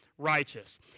righteous